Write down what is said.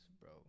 bro